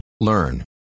learn